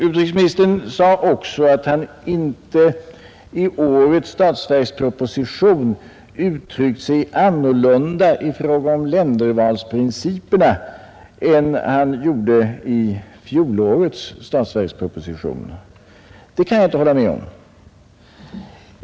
Utrikesministern sade också att han inte i årets statsverksproposition uttryckt sig annorlunda i fråga om ländervalsprinciperna än han gjorde i fjolårets statsverksproposition. Det kan jag inte hålla med om.